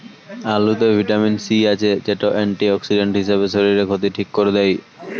আলুতে vitamin C আছে, যেটা অ্যান্টিঅক্সিডেন্ট হিসাবে শরীরের ক্ষতি ঠিক কোরে দেয়